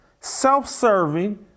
self-serving